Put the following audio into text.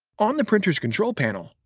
on the printer's control panel,